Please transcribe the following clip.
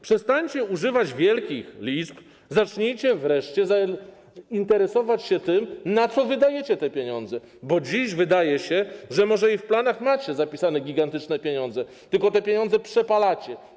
Przestańcie używać wielkich liczb, zacznijcie wreszcie interesować się tym, na co wydajecie pieniądze, bo dziś wydaje się, że może i w planach macie zapisane gigantyczne pieniądze, tylko te pieniądze przepalacie.